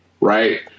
right